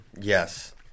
Yes